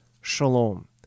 Shalom